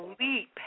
LEAP